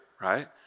right